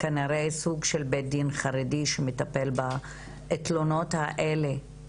כנראה סוג של בית דין חרדי שמטפל בתלונות האלה,